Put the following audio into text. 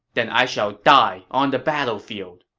then i shall die on the battlefield.